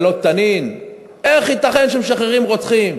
יללות תנין: איך ייתכן שמשחררים רוצחים?